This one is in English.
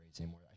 anymore